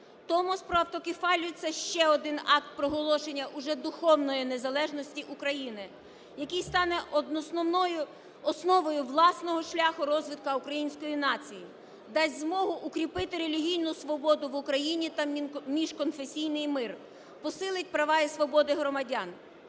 Томос про автокефалію – це ще один акт проголошення вже духовної незалежності України, який стане основою власного шляху розвитку української нації, дасть змогу укріпити релігійну свободу в Україні та міжконфесійний мир, посилить права і свободи громадян.